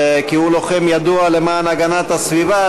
כי הוא לוחם ידוע למען הגנת הסביבה,